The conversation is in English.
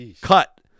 cut